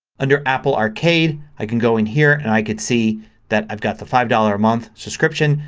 under apple arcade i can go in here and i can see that i've got the five dollars a month subscription.